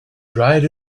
dried